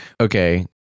Okay